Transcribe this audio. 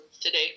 today